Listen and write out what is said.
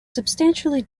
substantially